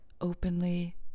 openly